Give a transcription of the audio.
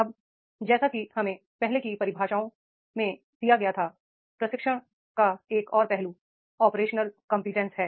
अब जैसा कि हमें पहले की परिभाषाओं में दिया गया था प्रशिक्षण का एक और पहलू ऑपरेशनल कंबटेंसी है